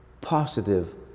positive